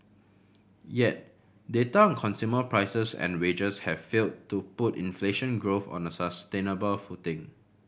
yet data on consumer prices and wages have failed to put inflation growth on a sustainable footing